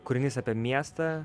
kūrinys apie miestą